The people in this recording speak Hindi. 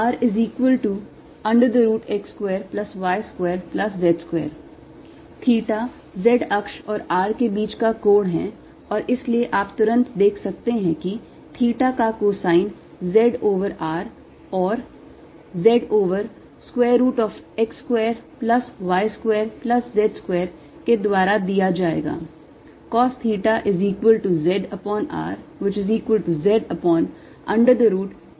rx2y2z2 थीटा z अक्ष और r के बीच का कोण है और इसलिए आप तुरंत देख सकते हैं कि थीटा का cosine z over r or z over square root of x square plus y square plus z square के द्वारा दिया जाएगा